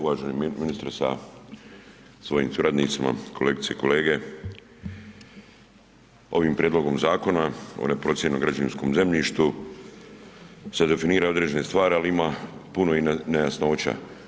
Uvaženi ministre sa svojim suradnicima, kolegice i kolege ovim Prijedlogom Zakona o neprocijenjenom građevinskom zemljištu se definira određene stvari, ali ima puno i nejasnoća.